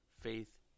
faith